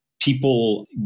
people